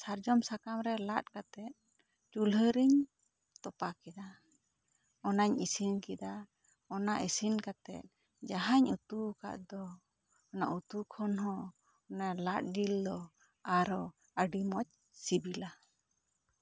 ᱥᱟᱨᱡᱚᱢ ᱥᱟᱠᱟᱢ ᱨᱮ ᱞᱟᱜ ᱠᱟᱛᱮᱜ ᱪᱩᱞᱦᱟᱹ ᱨᱤᱧ ᱛᱚᱯᱟ ᱠᱮᱫᱟ ᱚᱱᱟᱧ ᱤᱥᱤᱱ ᱠᱮᱫᱟ ᱚᱱᱟ ᱤᱥᱤᱱ ᱠᱟᱛᱮᱜ ᱡᱟᱦᱟᱸᱧ ᱩᱛᱩ ᱟᱠᱟᱫ ᱫᱚ ᱚᱱᱟ ᱩᱛᱩ ᱠᱷᱚᱱ ᱦᱚᱸ ᱚᱱᱟ ᱞᱟᱜ ᱡᱤᱞ ᱫᱚ ᱟᱨᱚ ᱟᱹᱰᱤᱢᱚᱡᱽ ᱥᱤᱵᱤᱞᱟ